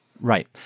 Right